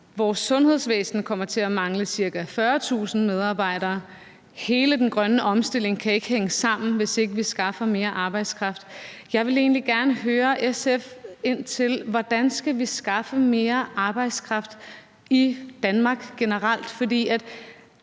Vores sundhedsvæsen kommer til at mangle ca. 40.000 medarbejdere. Hele den grønne omstilling kan ikke hænge sammen, hvis ikke vi skaffer mere arbejdskraft. Jeg vil egentlig gerne høre SF om, hvordan vi skal skaffe mere arbejdskraft i Danmark generelt, for